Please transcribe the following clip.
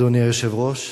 אדוני היושב-ראש,